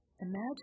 Imagine